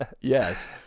yes